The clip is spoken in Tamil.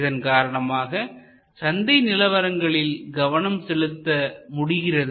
இதன் காரணமாக சந்தை நிலவரங்களில் கவனம் செலுத்த முடிகிறது